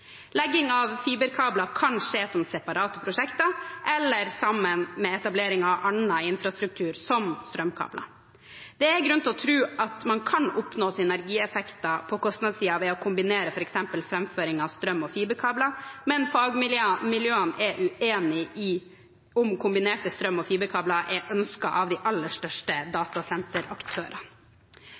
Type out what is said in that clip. Legging av fiberkabler kan skje som separate prosjekter eller sammen med etablering av annen infrastruktur, som strømkabler. Det er grunn til å tro at man kan oppnå synergieffekter på kostnadssiden ved å kombinere framføring av f.eks. strøm- og fiberkabler, men fagmiljøene er uenige om hvorvidt kombinerte strøm- og fiberkabler er ønsket av de aller største datasenteraktørene.